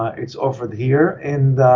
it's offered here and